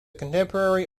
contemporary